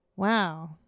Wow